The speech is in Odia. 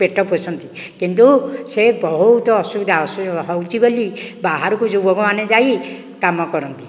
ପେଟ ପୋଷନ୍ତି କିନ୍ତୁ ସେ ବହୁତ ଅସୁବିଧା ଅସୁବିଧା ହେଉଛି ବୋଲି ବାହାରକୁ ଯୁବକମାନେ ଯାଇ କାମ କରନ୍ତି